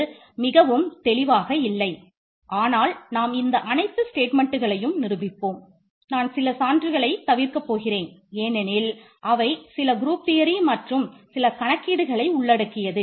இது மிகவும் தெளிவாக இல்லை ஆனால் நாம் இந்த அனைத்து ஸ்டேட்மென்ட்களையும் மற்றும் சில கணக்கீடுகளை உள்ளடக்கியது